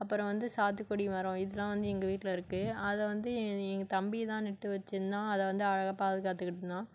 அப்புறம் வந்து சாத்துக்குடி மரம் இதெலாம் வந்து எங்கள் வீட்டில் இருக்குது அதை வந்து எங்கள் தம்பி தான் நட்டு வெச்சுருந்தான் அதை வந்து அழகாக பாதுகாத்துகிட்டிருந்தான்